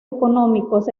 económicos